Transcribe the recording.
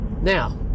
Now